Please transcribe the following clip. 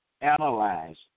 analyzed